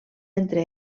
entre